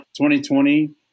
2020